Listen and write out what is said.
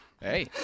Hey